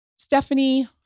Stephanie